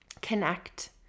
connect